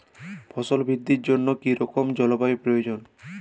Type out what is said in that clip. ফসল বৃদ্ধির জন্য কী রকম জলবায়ু প্রয়োজন?